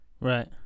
Right